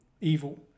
evil